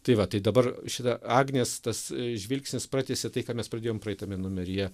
tai va tai dabar šita agnės tas žvilgsnis pratęsia tai ką mes pradėjom praeitame numeryje